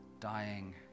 Dying